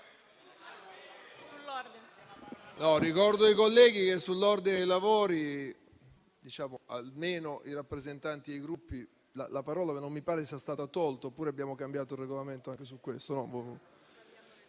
ricordo ai colleghi che sull'ordine dei lavori almeno ai rappresentanti dei Gruppi non mi pare che la parola sia stata mai tolta. Oppure abbiamo cambiato il Regolamento anche su questo?